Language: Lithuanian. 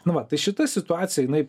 nu va tai šita situacija jinai